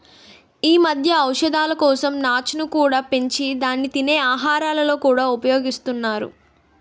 ఈ మధ్య ఔషధాల కోసం నాచును కూడా పెంచి దాన్ని తినే ఆహారాలలో కూడా ఉపయోగిస్తున్నారు